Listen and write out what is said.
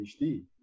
PhD